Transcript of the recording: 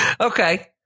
Okay